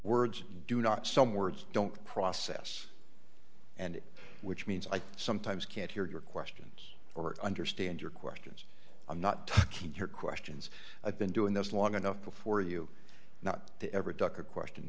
words do not some words don't process and which means i sometimes can't hear your questions or understand your questions i'm not to keep your questions i've been doing this long enough before you not to ever duck a question